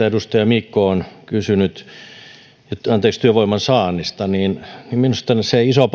edustaja niikko on kysynyt työvoiman saannista minusta iso